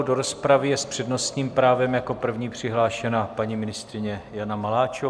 Do rozpravy je s přednostním právem jako první přihlášena paní ministryně Jana Maláčová.